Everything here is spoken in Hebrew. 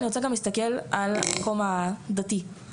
אני רוצה להסתכל על הפן הדתי.